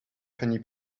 funny